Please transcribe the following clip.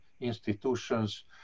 institutions